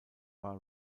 war